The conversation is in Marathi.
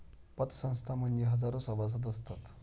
पतसंस्थां मध्ये हजारो सभासद असतात